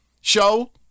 show